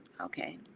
Okay